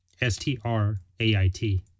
S-T-R-A-I-T